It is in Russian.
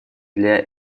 для